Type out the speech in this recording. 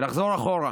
ולחזור אחורה